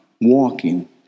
walking